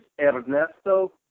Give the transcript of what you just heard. Ernesto